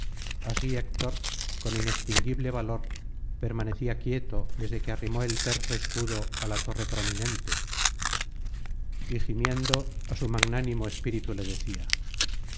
así héctor con inextinguible valor permanecía quieto desde que arrimó el terso escudo á la torre prominente y gimiendo á su magnánimo espíritu le decía